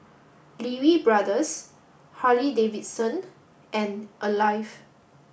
Lee Wee Brothers Harley Davidson and Alive